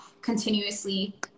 Continuously